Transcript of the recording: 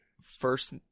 First